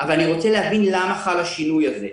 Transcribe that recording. אבל אני רוצה להבין למה חל השינוי הזה,